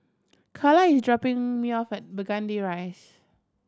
Carla is dropping me off at Burgundy Rise